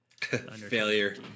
failure